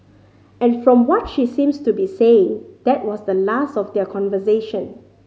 and from what she seems to be saying that was the last of their conversation